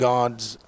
God's